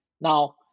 Now